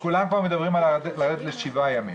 וכולם מדברים לרדת ל-7 ימים.